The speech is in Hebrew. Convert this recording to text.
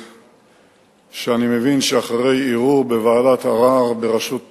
שאני מבין שאחרי ערעור בוועדת ערר בראשות